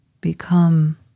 become